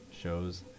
shows